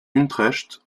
utrecht